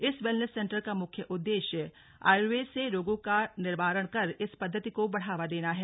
इस wellness centre का मुख्य उददेश्य आयुर्वेद से रोगों का निवारण कर इस पद्धति को बढ़ावा देना है